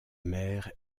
mer